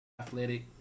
Athletic